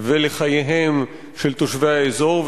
לבריאותם ולחייהם של תושבי האזור,